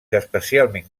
especialment